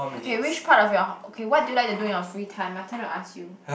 okay which part of your okay what you do like to do in your free time my turn to ask you